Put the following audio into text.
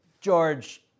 George